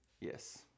Yes